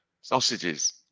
Sausages